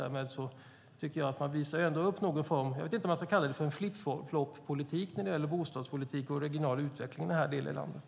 Därmed tycker jag att man visar upp en form av flip-flop-politik - jag vet inte om man ska kalla det för det - när det gäller bostadspolitik och regional utveckling i den här delen av landet.